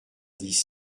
dix